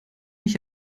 mich